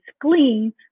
clean